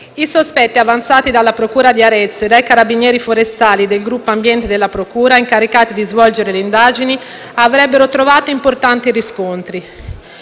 I sospetti avanzati dalla procura di Arezzo e dai Carabinieri forestali del gruppo ambiente della procura, incaricati di svolgere le indagini, avrebbero trovato importanti riscontri.